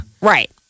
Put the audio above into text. right